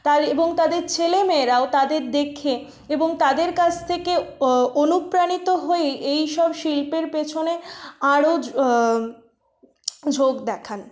তার এবং তাদের ছেলেমেয়েরাও তাদের দেখে এবং তাদের কাছ থেকে অনুপ্রাণিত হয়েই এইসব শিল্পের পেছনে আরো ঝোঁক দেখান